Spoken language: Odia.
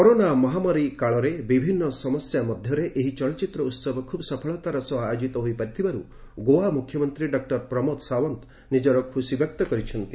କରୋନା ମହାମାରୀର ବିଭିନ୍ନ ସମସ୍ୟା ମଧ୍ୟରେ ଏହି ଚଳଚ୍ଚିତ୍ର ଉତ୍ସବ ଖୁବ୍ ସଫଳତାର ସହ ଆୟୋଜିତ ହୋଇପାରିଥିବାରୁ ଗୋଆ ମୁଖ୍ୟମନ୍ତ୍ରୀ ଡକ୍କର ପ୍ରମୋଦ ସାଓ୍ୱନ୍ତ ନିଜର ଖୁସି ବ୍ୟକ୍ତ କରିଛନ୍ତି